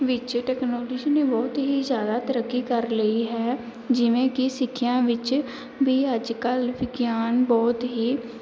ਵਿੱਚ ਟੈਕਨੋਲੋਜੀ ਨੇ ਬਹੁਤ ਹੀ ਜ਼ਿਆਦਾ ਤਰੱਕੀ ਕਰ ਲਈ ਹੈ ਜਿਵੇਂ ਕਿ ਸਿੱਖਿਆ ਵਿੱਚ ਵੀ ਅੱਜ ਕੱਲ੍ਹ ਵਿਗਿਆਨ ਬਹੁਤ ਹੀ